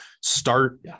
start